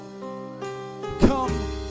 come